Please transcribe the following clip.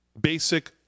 basic